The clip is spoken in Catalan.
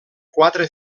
quatre